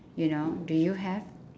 you know do you have